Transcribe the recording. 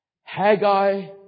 Haggai